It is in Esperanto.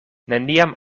neniam